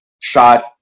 shot